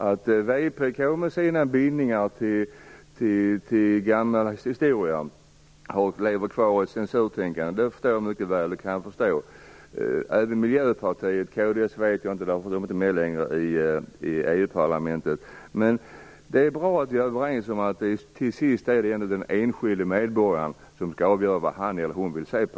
Att Vänsterpartiet med sina bindningar till gammal historia lever kvar i censurtänkandet förstår jag mycket väl. Jag kan även förstå Miljöpartiet. Hur det är med kds vet jag inte. De är ju inte längre med i EU Det är bra att vi är överens om att det till sist ändå är den enskilde medborgaren som skall avgöra vad han eller hon vill se på.